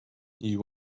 you